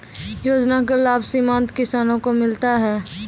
योजना का लाभ सीमांत किसानों को मिलता हैं?